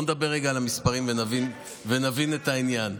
בוא נדבר רגע על המספרים ונבין ואת העניין.